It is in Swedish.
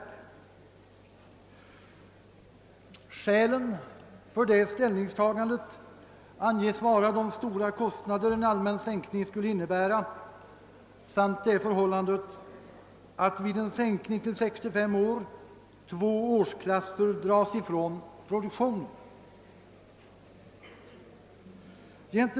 Skälen för detta ställningstagande anges vara de stora kostnader en allmän sänkning skulle innebära samt det förhållandet att vid en sänkning av pensionsåldern till 65 år två årsklasser dras ifrån produktionen.